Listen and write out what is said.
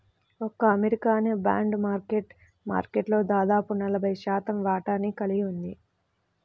ఒక్క అమెరికానే bond market మార్కెట్లో దాదాపు నలభై శాతం వాటాని కలిగి ఉంది